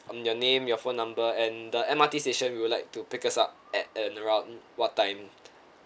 your name your phone number and the M_R_T station you would like to pick us up at and around what time